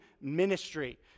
ministry